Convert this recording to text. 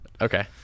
okay